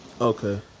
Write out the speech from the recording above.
Okay